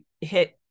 hit